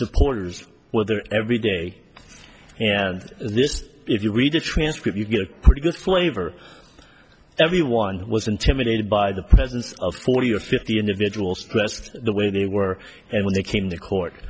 supporters were there every day and this if you read the transcript you get a pretty good flavor everyone was intimidated by the presence of forty or fifty individuals dressed the way they were and when they came the court